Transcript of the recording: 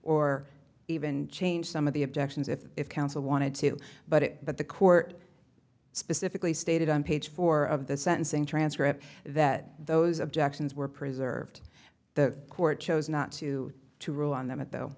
or even change some of the objections if counsel wanted to but it but the court specifically stated on page four of the sentencing transcript that those objections were preserved the court chose not to to rule on them at though